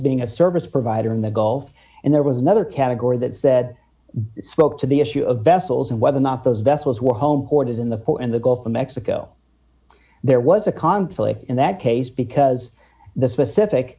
being a service provider in the gulf and there was another category that said spoke to the issue of vessels and whether or not those vessels were home ported in the pool in the gulf of mexico there was a conflict in that case because the specific